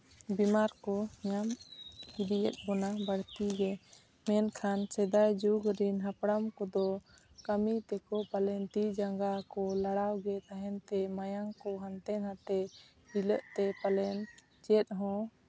ᱵᱤᱢᱟᱨ ᱠᱚ ᱧᱟᱢ ᱤᱫᱤᱭᱮᱫ ᱵᱚᱱᱟ ᱵᱟᱹᱲᱛᱤ ᱜᱮ ᱢᱮᱱᱠᱷᱟᱱ ᱥᱮᱫᱟᱭ ᱡᱩᱜᱽ ᱨᱮᱱ ᱦᱟᱯᱲᱟᱢ ᱠᱚᱫᱚ ᱠᱟᱹᱢᱤ ᱛᱮᱠᱚ ᱯᱟᱞᱮᱱ ᱛᱤ ᱡᱟᱸᱜᱟ ᱠᱚ ᱞᱟᱲᱟᱣᱜᱮ ᱛᱟᱦᱮᱱ ᱛᱮ ᱢᱟᱭᱟᱝ ᱠᱚ ᱦᱟᱱᱛᱮ ᱱᱟᱛᱮ ᱦᱤᱞᱟᱹᱜ ᱛᱮ ᱯᱟᱞᱮᱱ ᱪᱮᱫ ᱦᱚᱸ